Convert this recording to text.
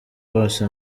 bose